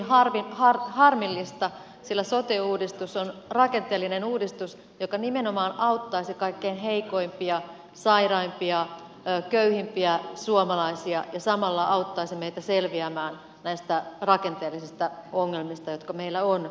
tämä on hyvin harmillista sillä sote uudistus on rakenteellinen uudistus joka nimenomaan auttaisi kaikkein heikoimpia sairaimpia köyhimpiä suomalaisia ja samalla auttaisi meitä selviämään näistä rakenteellisista ongelmista jotka meillä ovat edessämme